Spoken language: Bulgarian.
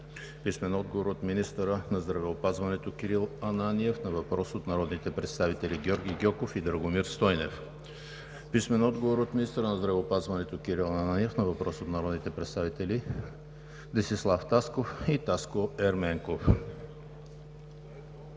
Вигенин; - министъра на здравеопазването Кирил Ананиев на въпрос от народните представители Георги Гьоков и Драгомир Стойнев; - министъра на здравеопазването Кирил Ананиев на въпрос от народните представители Десислав Тасков и Таско Ерменков;